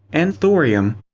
and thorium,